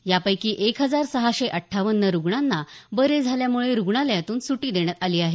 यापैकी एक हजार सहाशे अठ्ठावन्न रुग्णांना बरे झाल्यामुळे रुग्णालयातून सुटी देण्यात आली आहे